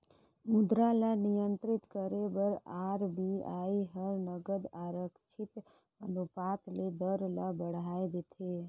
मुद्रा ल नियंत्रित करे बर आर.बी.आई हर नगद आरक्छित अनुपात ले दर ल बढ़ाए देथे